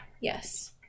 Yes